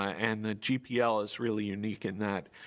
ah and the gpl is really unique in that.